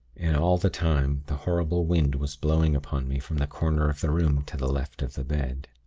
and all the time the horrible wind was blowing upon me from the corner of the room to the left of the bed.